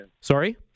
Sorry